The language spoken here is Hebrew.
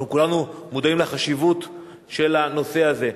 אנחנו כולנו מודעים לחשיבות של הנושא הזה.